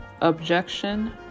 objection